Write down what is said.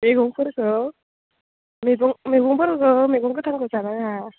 मैगंफोरखो मैगं गोथांखो जानाङा